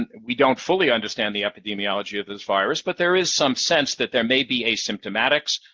and we don't fully understand the epidemiology of this virus, but there is some sense that there may be asymptomatics.